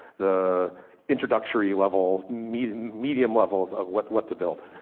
the introductory level, medium medium level of of what what to build.